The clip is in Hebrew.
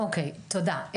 אוקי, תודה.